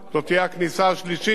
חוץ משדרוג הכניסה,